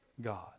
God